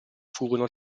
furono